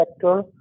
sector